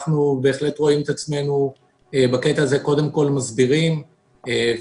אנחנו בהחלט רואים את עצמנו בקטע הזה קודם כול מסבירים ומנחים